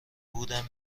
بودن